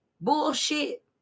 Bullshit